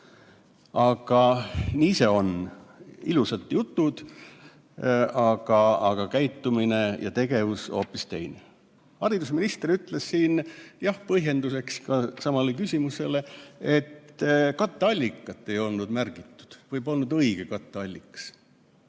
Aga nii see on. Ilusad jutud, aga käitumine ja tegevus on hoopis teissugune. Haridusminister ütles siin, jah, vastuseks samale küsimusele, et katteallikat ei olnud märgitud või polnud õige katteallikas.